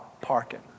parking